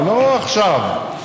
ולא עכשיו,